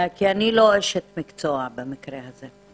כי אני לא אשת מקצוע במקרה הזה.